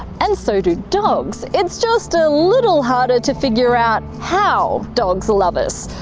and so do dogs. it's just a little harder to figure out how dogs love us.